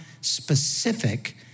specific